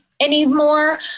anymore